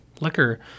liquor